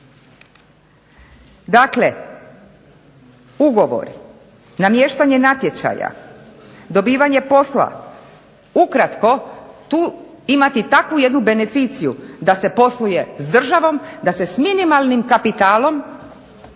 Dakle, ugovor namještanje natječaja, dobivanje posla, ukratko tu imati takvu jednu beneficiju da se posluje s državom, da se s minimalnim kapitalom